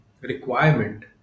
requirement